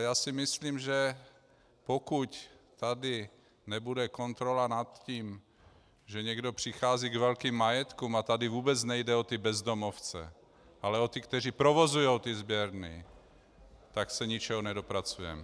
Já si ale myslím, že pokud tady nebude kontrola nad tím, že někdo přichází k velkým majetkům, a tady vůbec nejde o ty bezdomovce, ale o ty, kteří provozují sběrny, tak se ničeho nedopracujeme.